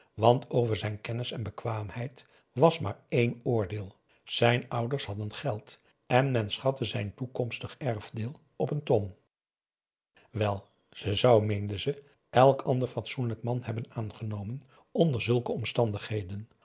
want over zijn kennis en bekwaamheid was maar één oordeel zijn ouders hadden geld en men schatte zijn toekomstig erfdeel op een ton wel ze zou meende ze elk ander fatsoenlijk man hebben aangenomen onder zulke omstandigheden